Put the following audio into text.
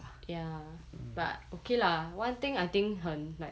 ya but okay lah one thing I think 很 like